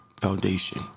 foundation